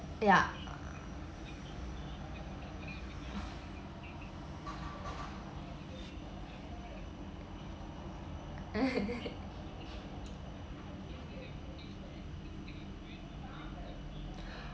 yeah